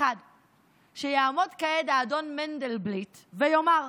1. שיעמוד כעת האדון מנדלבליט ויאמר: